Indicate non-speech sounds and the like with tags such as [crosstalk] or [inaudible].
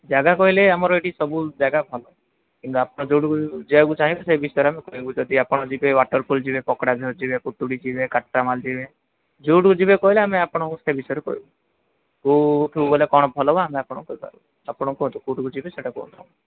ଜାଗା କହିଲେ ଆମର ଏଠି ସବୁ ଜାଗା ଭଲ କିନ୍ତୁ ଆପଣ ଯେଉଁଠିକୁ ଯିବାକୁ ଚାହିଁବେ ସେ ବିଷୟରେ ଆମେ କହିବୁ ଯଦି ଆପଣ ଯିବେ ୱାଟରପୁଲ୍ ଯିବେ [unintelligible] ଯିବେ [unintelligible] ଯିବେ [unintelligible] ଯିବେ ଯେଉଁଠିକୁ ଯିବେ କହିଲେ ଆମେ ଆପଣଙ୍କୁ ସେ ବିଷୟରେ କହିବୁ କେଉଁଠୁ ଗଲେ କ'ଣ ଭଲ ହେବ ଆମେ ଆପଣଙ୍କୁ କହିପାରିବୁ ଆପଣ କୁହନ୍ତୁ କେଉଁଠିକୁ ଯିବେ ସେଇଟା କୁହନ୍ତୁ